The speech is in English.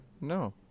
No